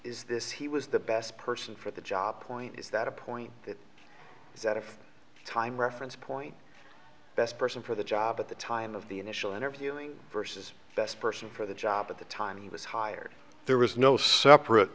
is this he was the best person for the job point is that a point it is out of time reference point best person for the job at the time of the initial interviewing versus best person for the job at the time he was hired there was no separate